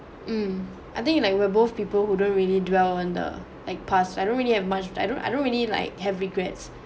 mm I think like we're both people who don't really dwell on the past I don't really have much I don't I don't really like have regrets